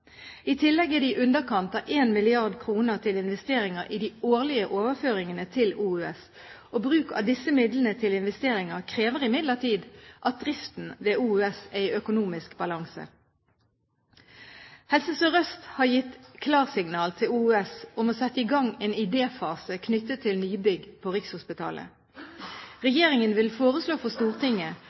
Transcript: I tillegg er det i underkant av 1 mrd. kr til investeringer i de årlige overføringene til Oslo universitetssykehus. Bruk av disse midlene til investeringer krever imidlertid at driften ved Oslo universitetssykehus er i økonomisk balanse. Helse Sør-Øst har gitt klarsignal til Oslo universitetssykehus om å sette i gang en idéfase knyttet til nybygg på Rikshospitalet. Regjeringen vil foreslå for Stortinget